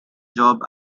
job